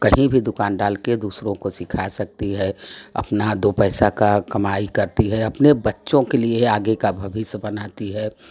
कहीं भी दुकान डाल के दूसरों को सिखा सकती है अपना दो पैसा का कमाई करती है अपने बच्चों के लिए आगे का भविष्य बनाती है